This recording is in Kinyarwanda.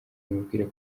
mumubwire